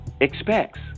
expects